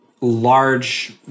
large